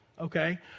okay